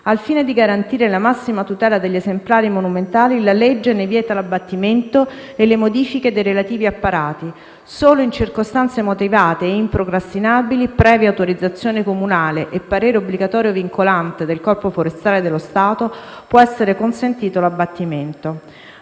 Al fine di garantire la massima tutela agli esemplari monumentali, la legge ne vieta l'abbattimento e le modifiche dei relativi apparati; solo in circostanze motivate e improcrastinabili, previa autorizzazione comunale e parere obbligatorio vincolante del Corpo forestale dello Stato, può essere consentito l'abbattimento.